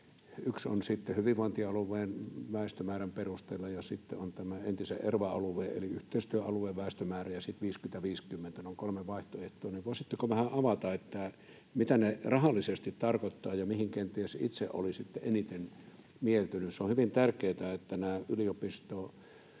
yksi on hyvinvointialueen väestömäärän perusteella, ja sitten on tämä entisen erva-alueen eli yhteistyöalueen väestömäärä, ja sitten 50—50. Ne ovat kolme vaihtoehtoa. Voisitteko vähän avata, mitä ne rahallisesti tarkoittavat ja mihin kenties itse olisitte eniten mieltynyt? Se on hyvin tärkeätä, että nämä yliopistosairaala-